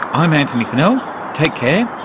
i'm antony funnell. take care,